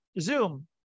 Zoom